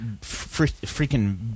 freaking